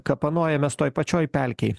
kapanojamės toj pačioj pelkėj